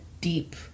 deep